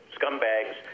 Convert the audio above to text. scumbags